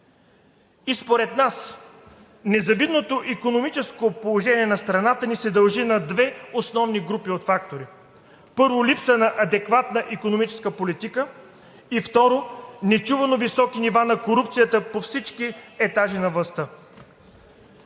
Според нас незавидното икономическо положение на страната ни се дължи на две основни групи от фактори. Първо, липса на адекватна икономическа политика и, второ, нечувано високи нива на корупцията по всички етажи на властта.